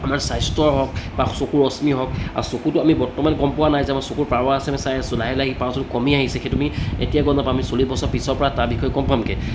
আমাৰ স্বাস্থ্য হওক বা চকুৰ ৰশ্মি হওক আৰু চকুটো আমি বৰ্তমান গম পোৱা নাই যে আমাৰ চকুৰ পাৱাৰ আছে আমি চাই আছোঁ লাহে লাহে পাৱাৰ চকুত কমি আহিছে সেইটো আমি এতিয়া গম নাপাওঁ আমি চল্লিছ বছৰ পিছৰ পৰা তাৰ বিষয়ে গম পামগৈ